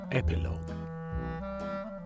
Epilogue